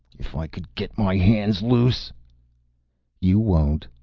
if i could get my hands loose you won't,